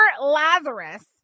Lazarus